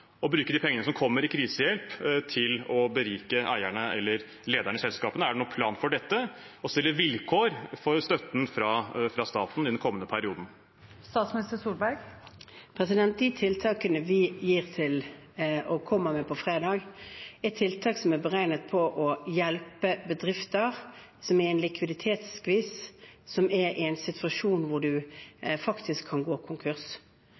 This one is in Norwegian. å bruke de pengene som kommer i form av krisehjelp, til å berike eierne eller lederne i selskapene? Er det noen plan for dette – å stille vilkår for støtten fra staten i den kommende perioden? De tiltakene vi kommer med på fredag, er tiltak som er beregnet på å hjelpe bedrifter som er i en likviditetsskvis, som er i en situasjon hvor de faktisk kan gå konkurs.